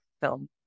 film